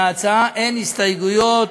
להצעה אין הסתייגויות.